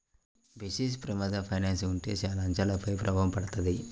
basis ప్రమాదంలో finance ఉంటే చాలా అంశాలపైన ప్రభావం పడతది